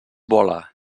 vola